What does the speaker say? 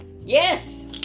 Yes